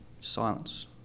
silence